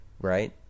Right